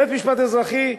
בית-משפט אזרחי,